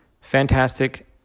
Fantastic